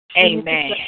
Amen